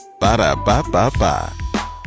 Ba-da-ba-ba-ba